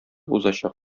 узачак